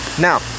Now